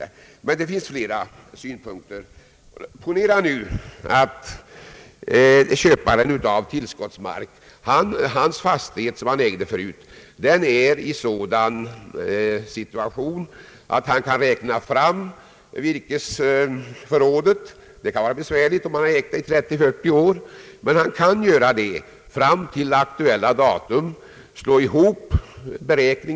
Det finns emellertid flera synpunkter att anföra. Ponera att den fastighet som köparen av tillskottsmark ägde förut är sådan att han kan räkna ut virkesförrådet — det kan vara besvärligt om han ägt fastigheten i 30 å 40 år, men det är möjligt i de flesta fall att göra det fram till ett aktuellt datum.